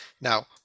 now